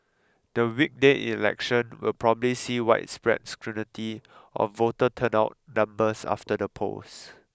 the weekday election will probably see widespread scrutiny of voter turnout numbers after the polls